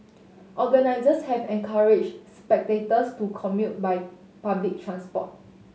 organisers have encouraged spectators to commute by public transport